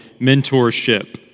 mentorship